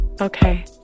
Okay